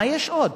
מה יש עוד?